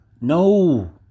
No